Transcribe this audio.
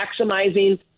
maximizing